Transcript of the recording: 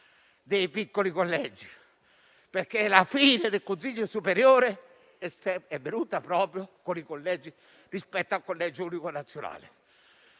dei piccoli collegi, perché la fine del Consiglio superiore è venuta proprio con i collegi rispetto al collegio unico nazionale.